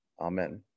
amen